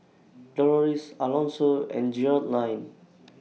Doloris Alonso and Gearldine